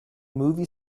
movie